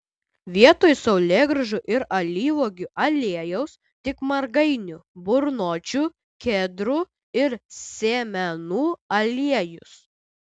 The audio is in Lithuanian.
vietoj saulėgrąžų ir alyvuogių aliejaus tik margainių burnočių kedrų ir sėmenų aliejus